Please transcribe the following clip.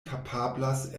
kapablas